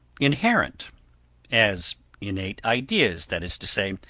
inherent as innate ideas, that is to say,